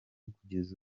kugeza